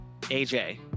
AJ